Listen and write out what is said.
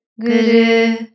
guru